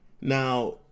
Now